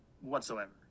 whatsoever